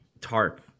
tarp